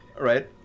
right